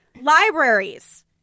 Libraries